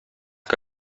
que